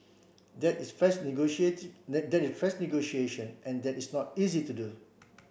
that is fresh that that is fresh negotiation and that is not so easy to do